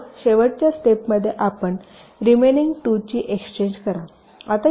मग शेवटच्या स्टेप मध्ये आपण रिमेनिंग 2 ची एक्सचेंज करा